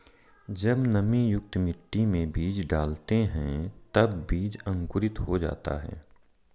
जब नमीयुक्त मिट्टी में बीज डालते हैं तब बीज अंकुरित हो जाता है